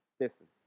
distance